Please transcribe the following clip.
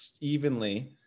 evenly